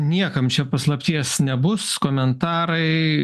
niekam čia paslapties nebus komentarai